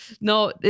No